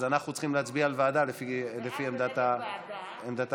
אנחנו צריכים להצביע על ועדה, לפי עמדתה של,